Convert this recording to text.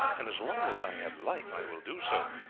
and as long as i have life i will do so.